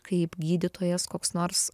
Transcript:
kaip gydytojas koks nors